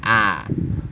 ah